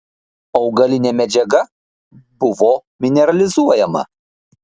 augalinė medžiaga buvo mineralizuojama